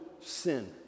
sin